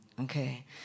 okay